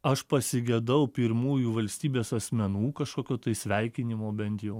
aš pasigedau pirmųjų valstybės asmenų kažkokio tai sveikinimo bent jau